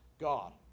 God